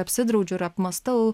apsidraudžiu ir apmąstau